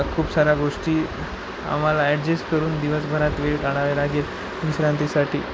खूप साऱ्या गोष्टी आम्हाला ॲडजेस्ट करून दिवसभरात वेळ काढावे लागेल विश्रांतीसाठी